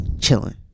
chilling